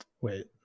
Wait